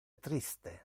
triste